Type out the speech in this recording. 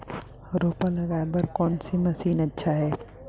रोपा लगाय बर कोन से मशीन अच्छा हे?